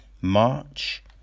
March